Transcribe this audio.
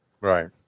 Right